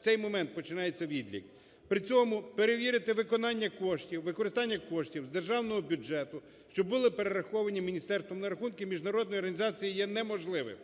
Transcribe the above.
в цей момент починається відлік. При цьому перевірити виконання коштів, використання коштів з державного бюджету, що були перераховані міністерством на рахунки міжнародної організації, є неможливим.